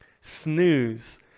snooze